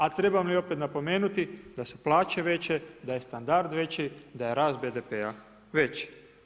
A trebam li opet napomenuti da su plaće veće, da je standard veći, da je rast BDP-a veći.